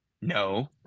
No